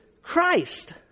Christ